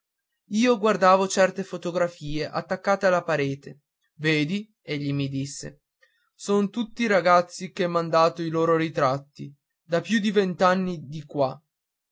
io guardavo certe fotografie attaccate alla parete vedi egli mi disse son tutti ragazzi che m'han dato i loro ritratti da più di vent'anni in qua